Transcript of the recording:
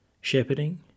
Shepherding